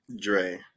Dre